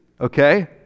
Okay